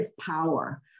power